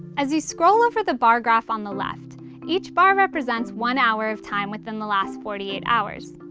as you scroll over the bar graph on the left each bar represents one hour of time within the last forty eight hours.